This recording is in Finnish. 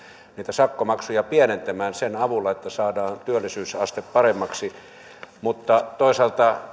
sakkomaksuja pienentämään sen avulla että saadaan työllisyysaste paremmaksi toisaalta